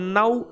now